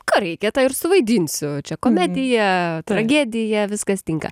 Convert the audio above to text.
ką reikia tą ir suvaidinsiu čia komedija tragedija viskas tinka